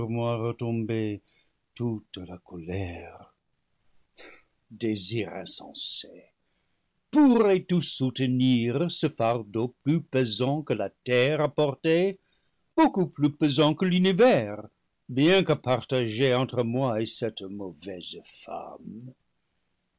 retomber toute la colère désir insensé pourrais-tu soutenir ce fardeau plus le paradis perdu pesant que la terre à porter beaucoup plus pesant que l'u nivers bien que partagé entre moi et cette mauvaise femme